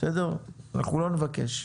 אנחנו לא נבקש.